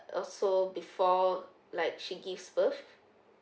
also before like she gives birth